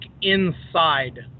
inside